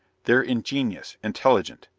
they're ingenious, intelligent.